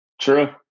True